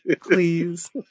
Please